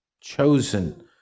chosen